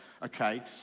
Okay